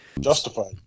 Justified